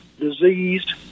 diseased